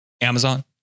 Amazon